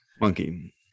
monkey